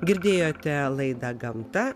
girdėjote laidą gamta